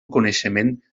coneixement